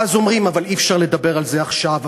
ואז אומרים: אבל אי-אפשר לדבר על זה עכשיו,